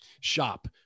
shop